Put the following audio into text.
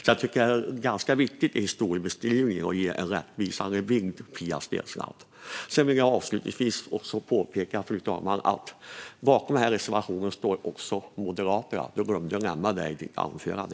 I historiebeskrivningen är det viktigt att ge en rättvisande bild, Pia Steensland. Fru talman! Avslutningsvis vill jag påpeka att även Moderaterna står bakom den här reservationen. Pia Steensland glömde nämna det i sitt anförande.